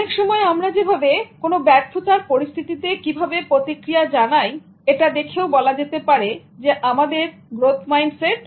অনেকসময় আমরা যেভাবে কোনো ব্যর্থতার পরিস্থিতিতে কিভাবে প্রতিক্রিয়া জানাই এটা দেখে বলা যেতে পারে আমাদের গ্রোথ মাইন্ডসেট